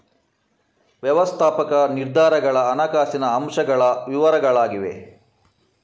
ವ್ಯವಸ್ಥಾಪಕ ನಿರ್ಧಾರಗಳ ಹಣಕಾಸಿನ ಅಂಶಗಳ ವಿವರಗಳಾಗಿವೆ